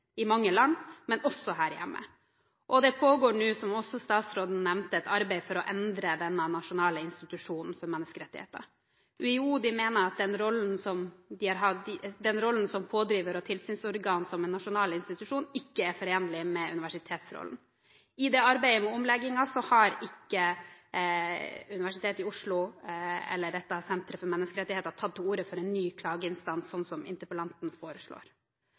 i mange land, men også her hjemme. Det pågår nå, som også statsråden nevnte, et arbeid for å endre denne nasjonale institusjonen for menneskerettigheter. UiO mener at rollen som pådriver- og tilsynsorgan som en nasjonal institusjon, ikke er forenlig med universitetsrollen. I arbeidet med omleggingen har ikke Universitetet i Oslo, eller dette senteret for menneskerettigheter, tatt til orde for en ny klageinstans, slik som interpellanten foreslår.